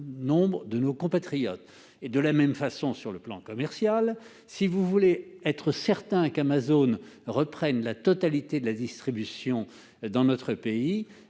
des moyens importants. De la même façon, sur le plan commercial, si vous voulez être certains qu'Amazon reprenne la totalité de la distribution dans notre pays,